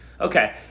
Okay